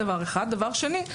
דבר שני,